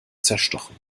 zerstochen